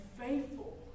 faithful